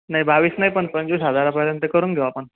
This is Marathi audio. नाही बावीस नाही पण पंचवीस हजारापर्यंत करून घेऊ आपण